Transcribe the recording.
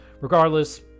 Regardless